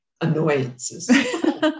annoyances